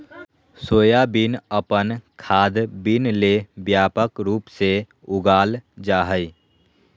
soybean अपन खाद्य bean ले व्यापक रूप से उगाल जा हइ